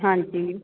ਹਾਂਜੀ